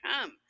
come